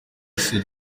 ese